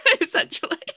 essentially